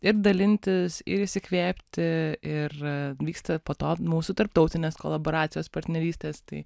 ir dalintis ir įsikvėpti ir vyksta po to mūsų tarptautinės kolaboracijos partnerystės tai